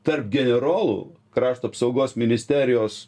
tarp generolų krašto apsaugos ministerijos